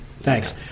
Thanks